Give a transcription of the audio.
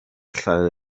allan